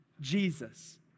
Jesus